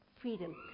freedom